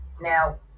Now